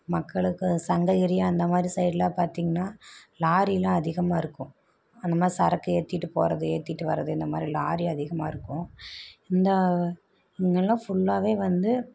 மக்களுக்கு சங்ககிரி அந்த மாதிரி சைட்லாம் பார்த்திங்கன்னா லாரிலாம் அதிகமாக இருக்கும் அந்த மாதிரி சரக்கு ஏத்திகிட்டு போகிறது ஏத்திகிட்டு வரது இந்த மாதிரி லாரி அதிகமாக இருக்கும் இந்த இங்கெல்லாம் ஃபுல்லாவே வந்து